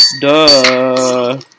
duh